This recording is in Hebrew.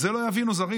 את זה לא יבינו זרים.